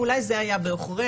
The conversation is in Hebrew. ואולי זה היה בעוכריה,